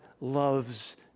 loves